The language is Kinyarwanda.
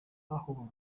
aho